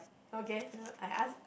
okay uh I ask